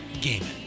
Gaming